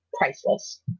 priceless